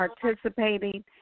participating